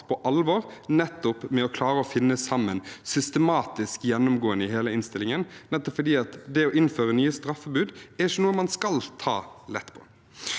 på alvor oppgaven med å klare å finne sammen systematisk, gjennomgående, i hele innstillingen – fordi det å innføre nye straffebud ikke er noe man skal ta lett på.